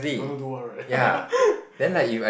don't know do what right